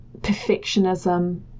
perfectionism